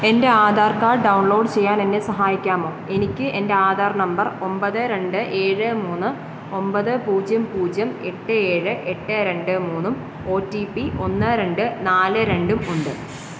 എൻ്റെ Aadhaar card download ചെയ്യാനെന്നെ സഹായിക്കാമോ എനിക്ക് എൻ്റെ ആധാർ നമ്പർ ഒൻപത് രണ്ട് ഏഴ് മുന്ന് ഒൻപത് പൂജ്യം പൂജ്യം എട്ട് ഏഴ് എട്ട് രണ്ട് മൂന്നും ഒ ടി പി ഒന്ന് രണ്ട് നാല് രണ്ടും ഉണ്ട്